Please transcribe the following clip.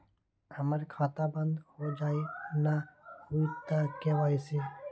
हमर खाता बंद होजाई न हुई त के.वाई.सी?